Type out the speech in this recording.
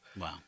Wow